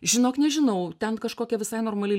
žinok nežinau ten kažkokia visai normali